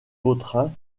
vautrin